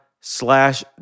slash